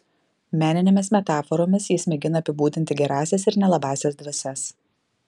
meninėmis metaforomis jis mėgina apibūdinti gerąsias ir nelabąsias dvasias